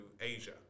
Asia